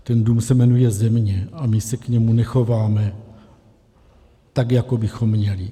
Ten dům se jmenuje Země a my se k němu nechováme tak, jak bychom měli.